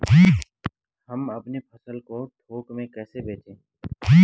हम अपनी फसल को थोक में कैसे बेचें?